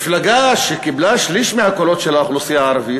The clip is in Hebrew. מפלגה שקיבלה שליש מהקולות של האוכלוסייה הערבית,